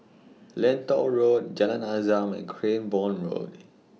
Lentor Road Jalan Azam and Cranborne Road